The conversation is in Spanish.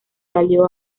valió